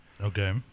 Okay